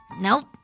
Nope